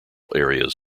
areas